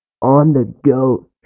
on-the-go